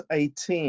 18